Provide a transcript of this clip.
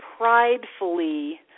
pridefully